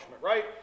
right